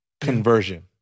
conversion